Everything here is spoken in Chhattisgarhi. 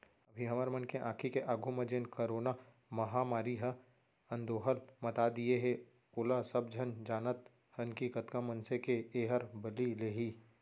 अभी हमर मन के आंखी के आघू म जेन करोना महामारी ह अंदोहल मता दिये हे ओला सबे झन जानत हन कि कतका मनसे के एहर बली लेही